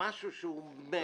משהו שהוא מת,